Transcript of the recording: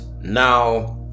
Now